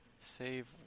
save